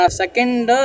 second